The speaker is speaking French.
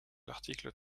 l’article